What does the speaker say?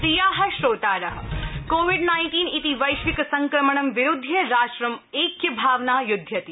प्रिया श्रोतार COVID nineteen इति वश्किक संक्रमणं विरुध्य राष्ट्र ऐक्यभावनया युध्यति